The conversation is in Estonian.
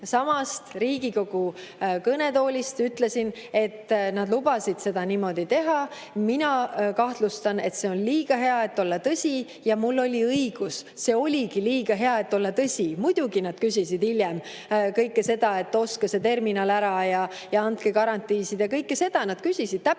siitsamast Riigikogu kõnetoolist, et nad lubasid seda niimoodi teha, [kuid] mina kahtlustan, et see on liiga hea, et olla tõsi. Ja mul oli õigus. See oligi liiga hea, et olla tõsi. Muidugi nad küsisid hiljem kõike seda, et ostke see terminal ära ja andke garantiisid. Kõike seda nad küsisid. Täpselt